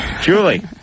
Julie